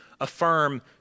affirm